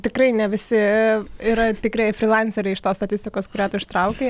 tikrai ne visi yra tikrieji frylanceriai iš tos statistikos kurią tu ištraukei